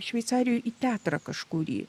šveicarijoj į teatrą kažkurį